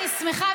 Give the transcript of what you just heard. אני שמחה,